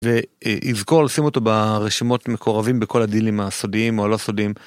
ויזכור לשים אותו ברשימות מקורבים בכל הדילים הסודיים או לא סודיים.